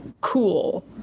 cool